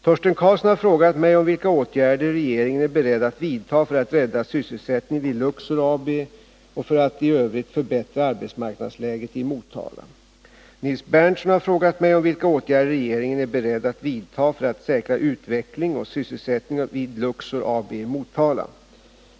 Torsten Karlsson har frågat mig om vilka åtgärder regeringen är beredd att vidta för att rädda sysselsättningen vid Luxor AB och för att i övrigt förbättra arbetsmarknadsläget i Motala. Nils Berndtson har frågat mig om vilka åtgärder regeringen är beredd att vidta för att säkra utveckling och sysselsättning vid Luxor AB i Motala.